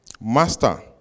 Master